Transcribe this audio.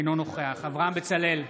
אינו נוכח אברהם בצלאל,